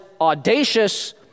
audacious